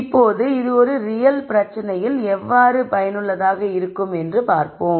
இப்போது இது ஒரு ரியல் பிரச்சனையில் எவ்வாறு பயனுள்ளதாக இருக்கும் என்று பார்ப்போம்